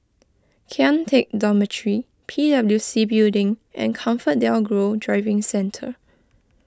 Kian Teck Dormitory P W C Building and Comfort Delgro Driving Centre